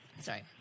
Sorry